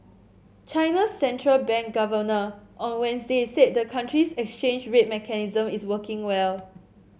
China's central bank governor on Wednesday said the country's exchange rate mechanism is working well